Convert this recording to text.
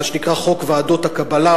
מה שנקרא חוק ועדות הקבלה,